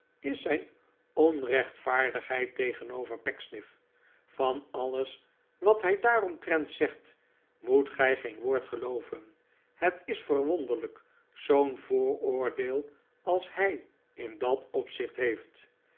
is zijn onrechtvaardigheid tegenover pecksniff van alles wat hij daaromtrent zegt moet gij geen woord gelooven het is verwonderlijk zoo'n vooroordeel als hij in dat opzicht heeft